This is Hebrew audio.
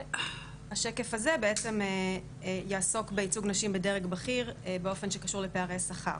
כשהשקף הזה בעצם יעסוק בייצוג נשים בדרג בכיר באופן שקשור לפערי שכר.